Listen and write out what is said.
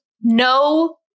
no